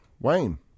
Wayne